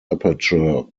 aperture